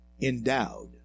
Endowed